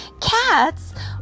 Cats